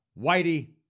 Whitey